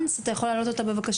אבל אני רוצה לשאול את כולנו ביחד.